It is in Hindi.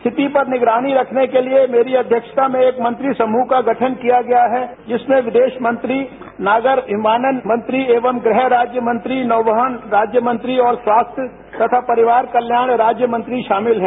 स्थिति पर निगरानी रखने के लिए मेरी अध्यक्षता में एक मंत्री समूह का गठन किया गया है जिसमें विदेश मंत्री नागर विमानन मंत्री एवं गृह राज्य मंत्री नौ वहन राज्यमंत्री और स्वास्थ्य तथा परिवार कल्याण राज्य मंत्री शामिल हैं